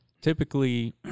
Typically